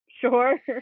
Sure